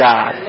God